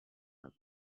are